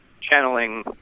channeling